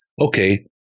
okay